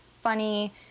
funny